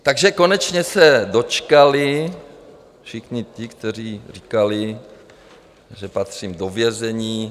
Takže konečně se dočkali všichni ti, kteří říkali, že patřím do vězení.